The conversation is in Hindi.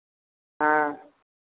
हाँ